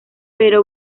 pero